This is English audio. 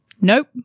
Nope